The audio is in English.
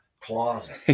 closet